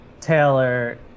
Taylor